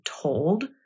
told